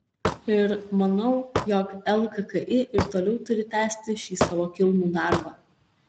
ir manau jog lkki ir toliau turi tęsti šį savo kilnų darbą